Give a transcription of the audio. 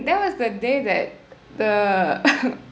that was the day that the